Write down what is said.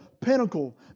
pinnacle